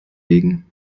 wegen